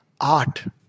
art